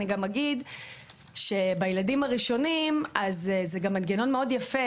אני גם אגיד שבילדים הראשונים זה מנגנון מאוד יפה,